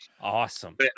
awesome